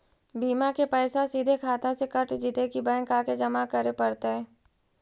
बिमा के पैसा सिधे खाता से कट जितै कि बैंक आके जमा करे पड़तै?